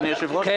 אדוני היושב-ראש,